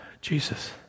Jesus